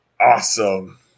Awesome